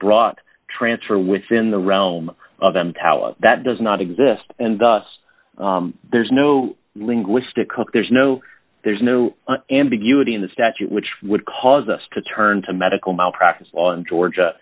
brought transfer within the realm of emtala that does not exist and thus there's no linguistic there's no there's no ambiguity in the statute which would cause us to turn to medical malpractise on georgia